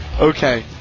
Okay